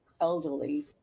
elderly